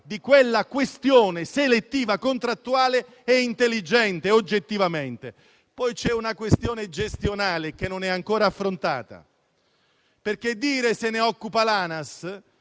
di quella questione selettiva contrattuale è oggettivamente intelligente. Infine c'è una questione gestionale, che non è ancora affrontata, perché dire che se ne occupa l'ANAS